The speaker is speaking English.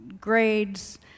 grades